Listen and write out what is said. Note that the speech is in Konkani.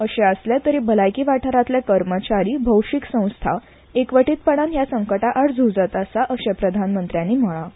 अशें आसलें तरी भलायकी वाठारांतले कर्मचारी भौशीक संस्था एकवटीतपणान ह्या संकश्टा आड झूजत आसात अशें प्रधानमंत्र्यांनी म्हळां